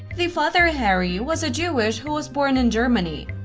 the father harry was a jewish who was born in germany.